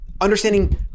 understanding